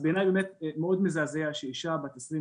בעיניי מזעזע שאישה בת 27